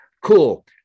Cool